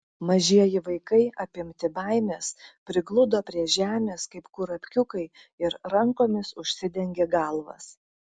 mažieji vaikai apimti baimės prigludo prie žemės kaip kurapkiukai ir rankomis užsidengė galvas